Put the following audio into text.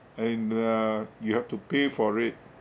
and uh you have to pay for it